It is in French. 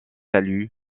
salue